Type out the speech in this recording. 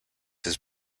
his